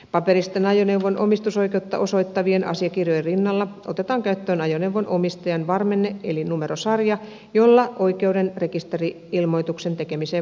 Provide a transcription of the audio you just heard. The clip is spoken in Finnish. paperisten ajoneuvon omistusoikeutta osoitta vien asiakirjojen rinnalla otetaan käyttöön ajoneuvon omistajan varmenne eli numerosarja jolla oikeuden rekisteri ilmoituksen tekemiseen voisi osoittaa